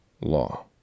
law